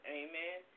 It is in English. amen